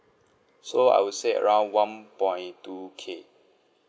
so I would say around one point two K